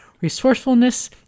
resourcefulness